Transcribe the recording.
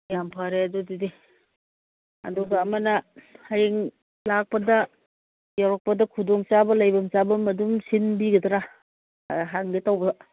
ꯌꯥꯝ ꯐꯔꯦ ꯑꯗꯨꯗꯨꯗꯤ ꯑꯗꯨꯒ ꯑꯃꯅ ꯍꯌꯦꯡ ꯂꯥꯛꯄꯗ ꯌꯧꯔꯛꯄꯗ ꯈꯨꯗꯣꯡꯆꯥꯕ ꯂꯩꯐꯝ ꯆꯥꯐꯝ ꯑꯗꯨꯝ ꯁꯤꯟꯕꯤꯒꯗ꯭ꯔ ꯍꯪꯒꯦ ꯇꯧꯕ